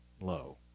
low